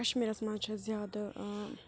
کَشمیٖرَس منٛز چھےٚ زیادٕ